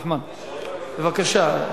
בבקשה.